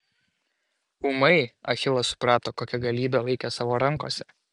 ūmai achilas suprato kokią galybę laikė savo rankose